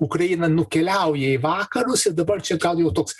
ukraina nukeliauja į vakarus ir dabar čia gal jau toks